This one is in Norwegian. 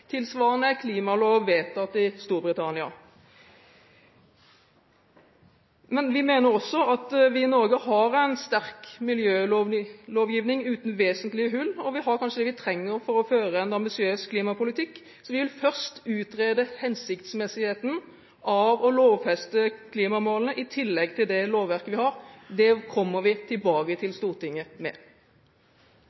Tilsvarende klimalov er vedtatt i Storbritannia. Vi mener at vi i Norge har en sterk miljølovgivning uten vesentlige hull, og vi har kanskje det vi trenger for å føre en ambisiøs klimapolitikk. Vi vil først utrede hensiktsmessigheten av å lovfeste klimamålene i tillegg til det lovverket vi har. Det kommer vi tilbake til